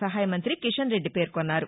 సహాయమంతి కిషన్ రెడ్డి పేర్కొన్నారు